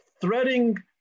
threading